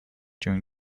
during